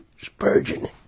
Spurgeon